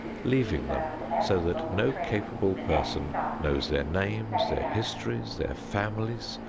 leaving them so that no capable person knows their names, their histories, their families,